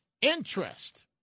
interest